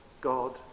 God